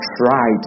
try